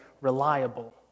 reliable